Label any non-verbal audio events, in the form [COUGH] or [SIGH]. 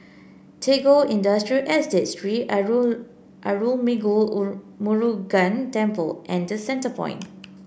Tagore Industrial Estate Sri [UNINTELLIGIBLE] Arulmigu [UNINTELLIGIBLE] Murugan Temple and The Centrepoint